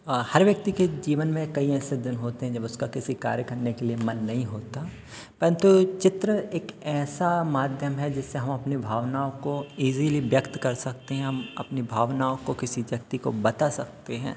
हर व्यक्ति के जीवन में कई ऐसे दिन होते हैं जब उसका किसी कार्य करने के लिए मन नहीं होता परंतु चित्र एक ऐसा माध्ययम है जिससे हम अपनी भावनाओं को इजली व्यक्त कर सकते हैं हम अपनी भावनाओं को किसी व्यक्ति को बता सकते हैं